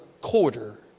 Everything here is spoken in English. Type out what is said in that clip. quarter